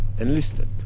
enlisted